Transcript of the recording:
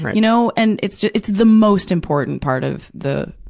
but you know? and, it's it's the most important part of the,